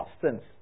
substance